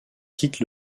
quitte